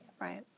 Right